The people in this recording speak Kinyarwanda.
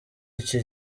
iki